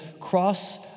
cross